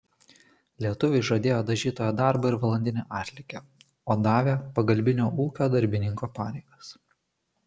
lietuviui žadėjo dažytojo darbą ir valandinį atlygį o davė pagalbinio ūkio darbininko pareigas